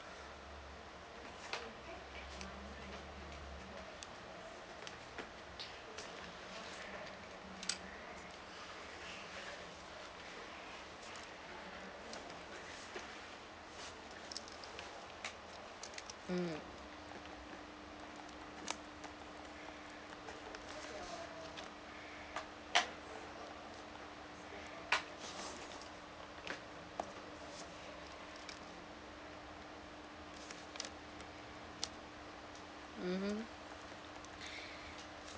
mmhmm